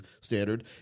standard